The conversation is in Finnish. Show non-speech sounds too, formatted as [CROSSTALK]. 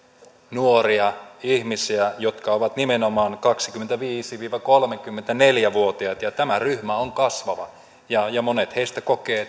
nuoria ihmisiä jotka ovat nimenomaan kaksikymmentäviisi viiva kolmekymmentäneljä vuotiaita ja tämä ryhmä on kasvava monet heistä kokevat [UNINTELLIGIBLE]